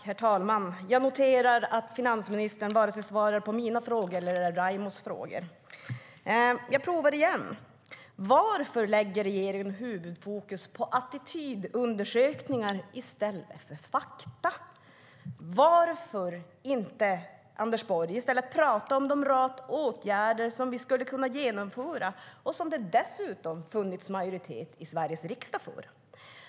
Herr talman! Jag noterar att finansministern inte svarar vare sig på mina frågor eller på Raimos frågor. Jag provar att ställa dem igen: Varför lägger regeringen huvudfokus på attitydundersökningar i stället för fakta? Varför inte i stället prata om de åtgärder som vi skulle kunna genomföra och som det dessutom har funnits majoritet i Sveriges riksdag för?